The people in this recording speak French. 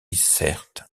certes